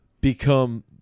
become